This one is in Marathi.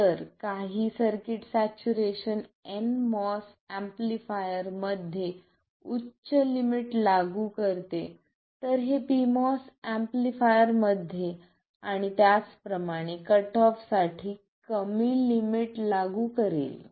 जर काही सर्किट सॅच्युरेशन nMOS एम्पलीफायरमध्ये उच्च लिमिट लागू करते तर हे pMOS एम्पलीफायरमध्ये आणि त्याचप्रमाणे कट ऑफसाठी कमी लिमिट लागू करेल